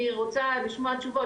אני רוצה לשמוע תשובות,